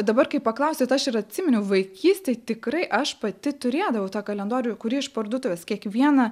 dabar kai paklausėt aš ir atsiminiau vaikystėje tikrai aš pati turėdavau tą kalendorių kurį iš parduotuvės kiekvieną